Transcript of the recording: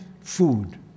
food